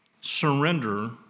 surrender